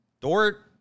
Dort